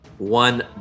one